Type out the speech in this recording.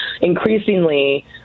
increasingly